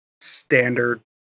standard